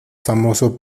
famoso